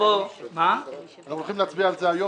השאלה אם אתם הולכים להצביע על זה היום?